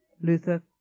Luther